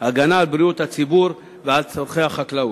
הגנה על בריאות הציבור ועל צורכי החקלאות.